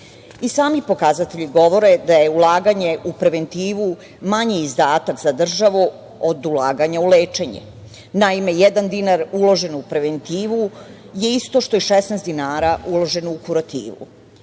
I sami pokazatelji govore da je ulaganje u preventivu, manji izdatak za državu od ulaganja u lečenje. Naime, jedan dinar uložen u preventivu je isto što i 16 dinara uloženo u